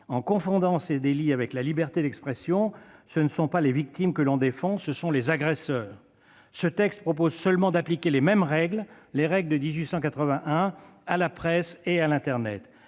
En confondant ces délits avec la liberté d'expression, ce ne sont pas les victimes que l'on défend, mais ce sont les agresseurs. Ce texte vise seulement à appliquer les mêmes règles, les règles de 1881, à la presse et à internet.